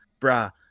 Bruh